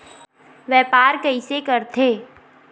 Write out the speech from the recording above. व्यापार कइसे करथे?